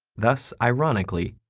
thus, ironically,